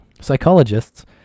Psychologists